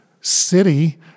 City